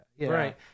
Right